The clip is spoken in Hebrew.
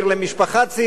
למשפחה צעירה,